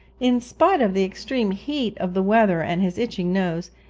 in spite of the extreme heat of the weather and his itching nose,